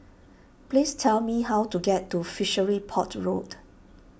please tell me how to get to Fishery Port Road